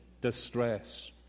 distress